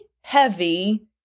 heavy